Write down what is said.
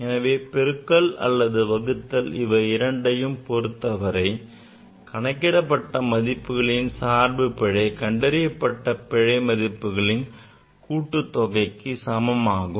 எனவே பெருக்கல் அல்லது வகுத்தல் இவை இரண்டையும் பொறுத்தவரை கணக்கிடப்பட்ட மதிப்பின் சார்பு பிழை கண்டறியப்பட்ட மதிப்புகளின் பிழை மதிப்பின் கூட்டுத்தொகைக்கு சமமாகும்